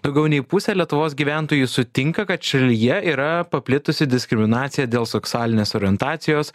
daugiau nei pusė lietuvos gyventojų sutinka kad šalyje yra paplitusi diskriminacija dėl seksualinės orientacijos